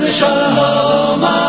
shalom